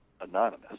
anonymous